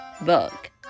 book